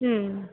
হুম